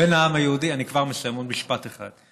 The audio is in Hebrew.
לבין העם היהודי, אני כבר מסיים, עוד משפט אחד.